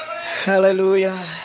hallelujah